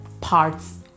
parts